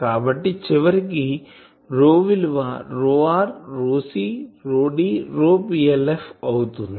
కాబట్టి చివరికి ρ విలువ ρr ρc ρd ρPLF అవుతుంది